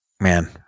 Man